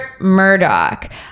Murdoch